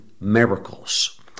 miracles